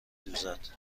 دوزد